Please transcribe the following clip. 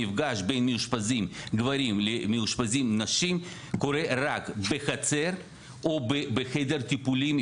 מפגש בין מאושפזים גברים למאושפזים נשים קורה רק בחצר או בחדר טיפולים,